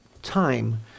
time